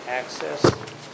access